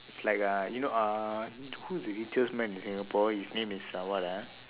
it's like uh you know uh who is the richest man in singapore his name is uh what ah